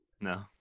No